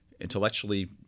intellectually